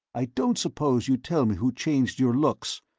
i don't suppose you'd tell me who changed your looks.